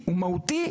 הוא מהותי,